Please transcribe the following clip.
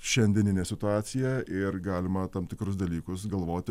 šiandieninė situacija ir galima tam tikrus dalykus galvoti